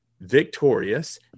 victorious